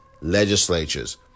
legislatures